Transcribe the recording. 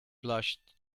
blushed